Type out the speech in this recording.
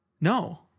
no